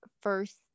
first